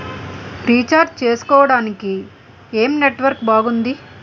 Recharge చేసుకోవటానికి ఏం network బాగుంది?